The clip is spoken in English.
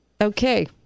okay